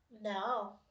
No